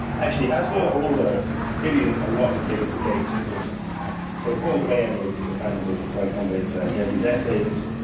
as were all the maybe a lot of the biggest debates were just so paul graham is the founder of of y combinator, and he has these essays,